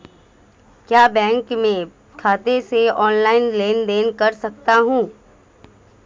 क्या मैं बैंक खाते से ऑनलाइन लेनदेन कर सकता हूं?